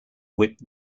whipped